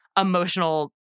emotional